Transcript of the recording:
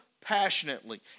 passionately